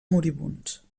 moribunds